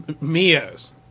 Mio's